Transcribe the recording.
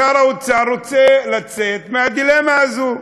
שר האוצר רוצה לצאת מהדילמה הזאת,